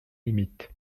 limites